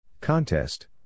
Contest